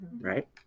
Right